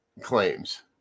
claims